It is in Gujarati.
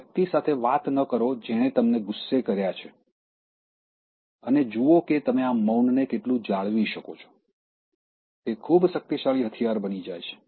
તે વ્યક્તિ સાથે વાત ન કરો જેણે તમને ગુસ્સો કરાવ્યો છે અને જુઓ કે તમે આ મૌનને કેટલું જાળવી શકો છો તે ખૂબ શક્તિશાળી હથિયાર બની જાય છે